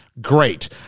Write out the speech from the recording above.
Great